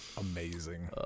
Amazing